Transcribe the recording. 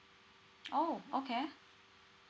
oh okay